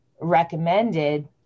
recommended